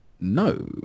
No